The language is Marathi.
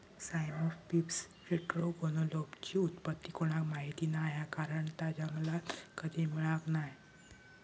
साइमोप्सिस टेट्रागोनोलोबाची उत्पत्ती कोणाक माहीत नाय हा कारण ता जंगलात कधी मिळाक नाय